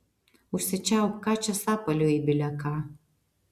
užsičiaupk ką čia sapalioji bile ką